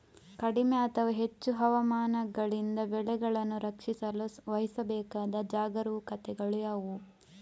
ಕಡಿಮೆ ಅಥವಾ ಹೆಚ್ಚು ಹವಾಮಾನಗಳಿಂದ ಬೆಳೆಗಳನ್ನು ರಕ್ಷಿಸಲು ವಹಿಸಬೇಕಾದ ಜಾಗರೂಕತೆಗಳು ಯಾವುವು?